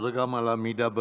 תודה גם על העמידה בזמן.